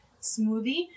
smoothie